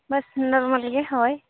ᱵᱟᱥ normal ᱜᱮ ᱦᱚᱭ